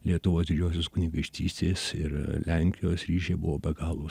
lietuvos didžiosios kunigaikštystės ir lenkijos ryšiai buvo be galo